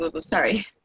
Sorry